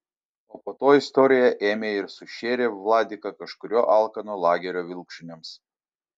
o po to istorija ėmė ir sušėrė vladiką kažkurio alkano lagerio vilkšuniams